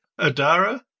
Adara